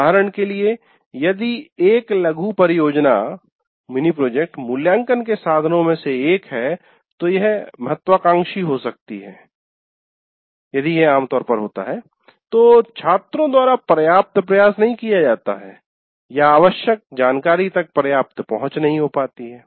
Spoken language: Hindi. उदाहरण के लिए यदि एक लघु परियोजना मूल्यांकन के साधनों में से एक है तो यह महत्वाकांक्षी हो सकती है यदि यह आम तौर पर होता है तो छात्रों द्वारा पर्याप्त प्रयास नहीं किया जाता है या आवश्यक जानकारी तक पर्याप्त पहुंच नहीं हो पाती है